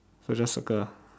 so just circle ah